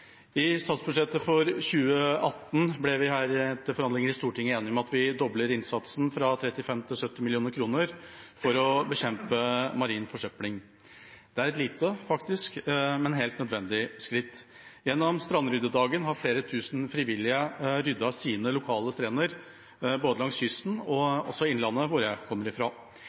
i noen havområder. I statsbudsjettet for 2018 ble vi etter forhandlinger i Stortinget enige om at vi dobler innsatsen, fra 35 mill. kr til 70 mill. kr, for å bekjempe marin forsøpling. Det er et lite, men helt nødvendig skritt. På Strandryddedagen har flere tusen frivillige ryddet sine lokale strender både langs kysten og i Innlandet, hvor jeg kommer fra. I